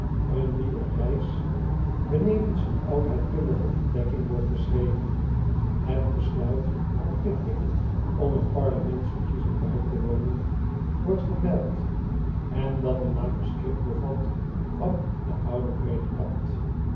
een nieuwe reis benevens een oudheidkundige ontdekking wordt beschreven het besluit van pickwick om een parlementsverkiezing bij te wonen r wordt vermeld en dat een manuscript be vat van den ouden predikant